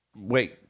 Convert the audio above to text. wait